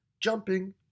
Jumping